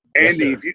Andy